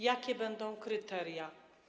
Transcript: Jakie będą kryteria?